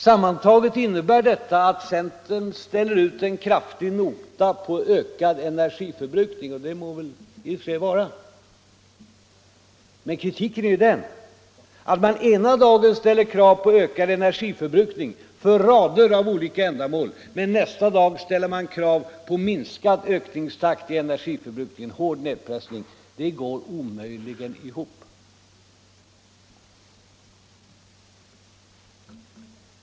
Sammantaget innebär detta att centern ställer ut en kraftig nota på ökad energiförbrukning, och det må så vara. Men min kritik går ut på att man ena dagen ställer krav på ökad energiförbrukning för rader av olika ändamål, medan man nästa dag ställer krav på minskad ökningstakt i energiförbrukningen. Det går omöjligen ihop.